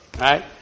Right